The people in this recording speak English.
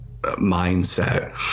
mindset